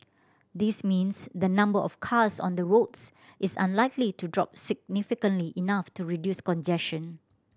this means the number of cars on the roads is unlikely to drop significantly enough to reduce congestion